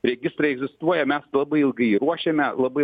registrai egzistuojame mes labai ilgai ruošiame labai